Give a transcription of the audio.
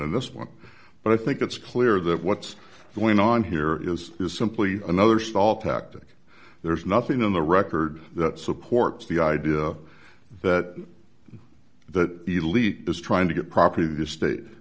than this one but i think it's clear that what's going on here is is simply another stall tactic there's nothing in the record that supports the idea that that elite is trying to get property the state